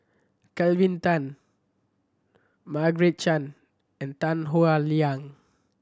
Kelvin Tan Margaret Chan and Tan Howe Liang